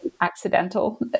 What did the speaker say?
accidental